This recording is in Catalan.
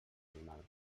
animal